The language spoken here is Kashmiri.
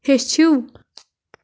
ہیٚچھِو